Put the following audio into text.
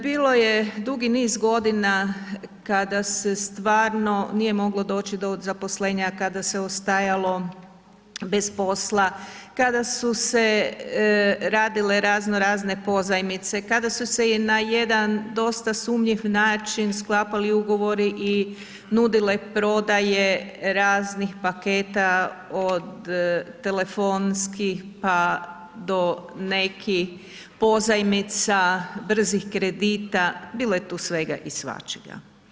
Bilo je dugi niz godina kada se stvarno nije moglo doći do zaposlenja, kada se ostajalo bez posla, kada su se radile razno razne pozajmice, kada su se i na jedan dosta sumnjiv način sklapali ugovori i nudile prodaje raznih paketa od telefonskih, pa do nekih pozajmica, brzih kredita, bilo je tu svega i svačega.